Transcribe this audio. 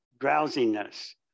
drowsiness